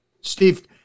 Steve